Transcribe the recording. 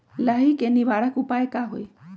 लाही के निवारक उपाय का होई?